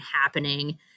happening